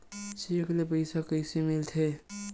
Cheque ले पईसा कइसे मिलथे?